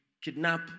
kidnap